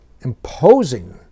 imposing